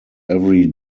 every